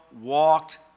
walked